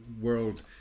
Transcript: world